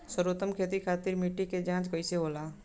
सर्वोत्तम खेती खातिर मिट्टी के जाँच कईसे होला?